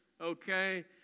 Okay